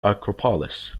acropolis